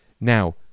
Now